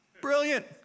Brilliant